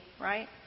right